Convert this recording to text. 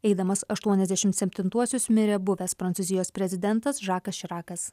eidamas aštuoniasdešim septintuosius mirė buvęs prancūzijos prezidentas žakas širakas